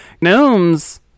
gnomes